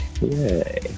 Yay